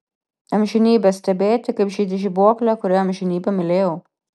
amžinybę stebėti kaip žydi žibuoklė kurią amžinybę mylėjau